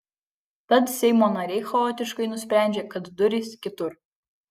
tad seimo nariai chaotiškai nusprendžia kad durys kitur